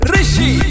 Rishi